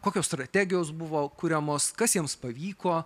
kokios strategijos buvo kuriamos kas jiems pavyko